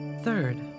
Third